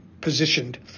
positioned